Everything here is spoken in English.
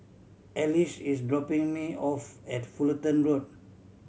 Ashleigh is dropping me off at Fullerton Road